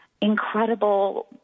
incredible